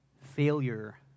Failure